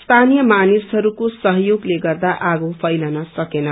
स्थानीय मानिसहरूको सहयोगले आगो फैलन सकेन